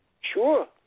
Sure